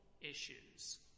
issues